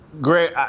Great